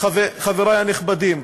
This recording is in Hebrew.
חברי הנכבדים,